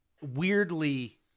weirdly